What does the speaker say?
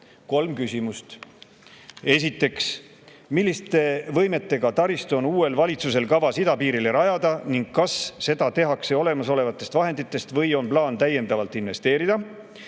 kolm küsimust. Esiteks: milliste võimetega taristu on uuel valitsusel kavas idapiirile rajada ning kas seda tehakse olemasolevatest vahenditest või on plaan täiendavalt investeerida?